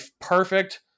perfect